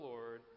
Lord